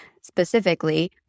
specifically